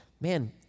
man